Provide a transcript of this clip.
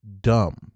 dumb